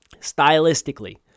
Stylistically